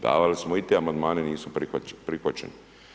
Davali smo i te Amandmane, nisu prihvaćeni.